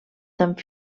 tant